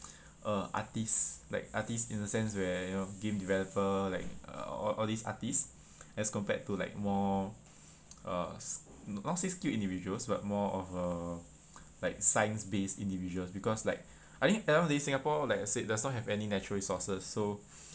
uh artists like artists in a sense where you know game developer like uh all all these artists as compared to like more uh s~ not say skilled individuals but more of uh like science based individuals because like I think at the end of the day singapore like I said does not have any natural resources so